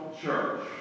church